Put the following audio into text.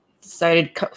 decided